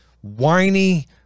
whiny